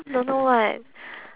don't know what